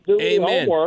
Amen